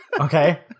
Okay